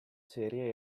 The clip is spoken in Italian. serie